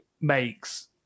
makes